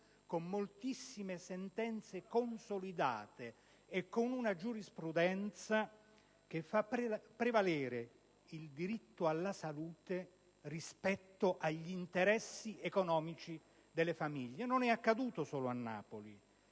con moltissime sentenze consolidate e con una giurisprudenza che fa prevalere il diritto alla salute rispetto agli interessi economici. Non è accaduto solo a Napoli,